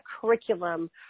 curriculum